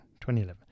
2011